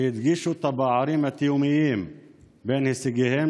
שהדגישו את הפערים התהומיים בין הישגיהם